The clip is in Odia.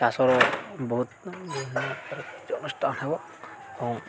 ଚାଷର ବହୁତ ଅନୁଷ୍ଠାନ ହେବ